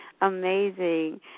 Amazing